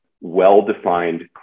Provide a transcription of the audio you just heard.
well-defined